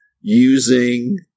using